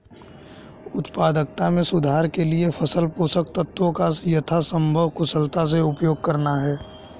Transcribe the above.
उत्पादकता में सुधार के लिए फसल पोषक तत्वों का यथासंभव कुशलता से उपयोग करना है